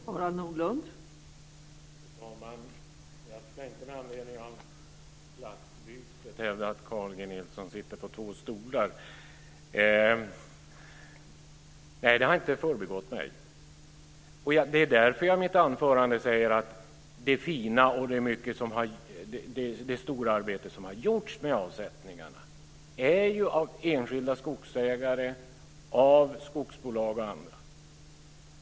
Fru talman! Jag ska inte med anledning av platsbytet hävda att Carl G Nilsson sitter på två stolar. Nej, det har inte förbigått mig. Det är därför jag i mitt anförande talar om att det fina och stora arbete som har gjorts med avsättningarna har gjorts av enskilda skogsägare, av skogsbolag och andra.